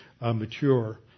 mature